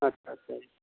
ᱟᱪᱪᱷᱟ ᱪᱷᱟ ᱟᱪᱪᱷᱟ